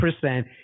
percent